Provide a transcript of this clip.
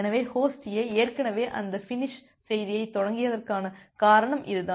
எனவே host A ஏற்கனவே அந்த பினிஸ் செய்தியைத் தொடங்கியதற்கான காரணம் இதுதான்